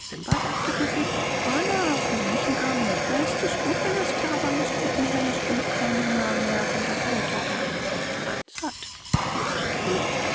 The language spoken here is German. simba sagte pfiffig bana für manchen armen nigger ist es gut wenn er sklave eines guten herrn ist und keinen hunger mehr sondern alle tage einen vollen pans hat jobst gluckste